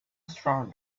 strong